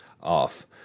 off